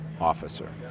officer